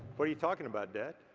what are you talking about dad?